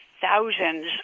thousands